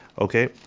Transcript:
okay